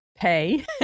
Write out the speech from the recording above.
pay